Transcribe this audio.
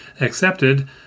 accepted